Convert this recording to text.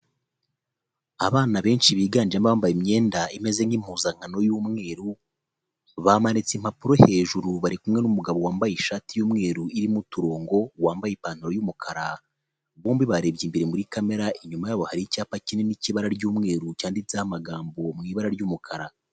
Abana benshi biganjemo bambaye imyenda imeze nk'impuzankano y'umweru bamanitse impapuro hejuru bari kumwe n'umugabo wambaye ishati y'umweru irimo uturongo wambaye ipantaro y'umukara, bombi barebye imbere muri kamera inyuma yabo hari icyapa kinini cy'ibara ry'umweru cyanditseho amagambo mu ibara ry'umukara.